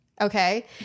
Okay